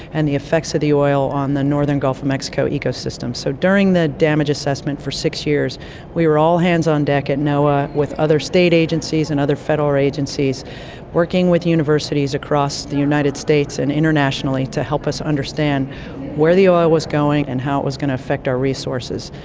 and the effects of the oil on the northern gulf of mexico ecosystem. so during the damage assessment for six years we were all hands on deck at noaa with other state agencies and other federal agencies working with universities across the united states and internationally to help us understand where the oil was going and how it was going to affect our resources.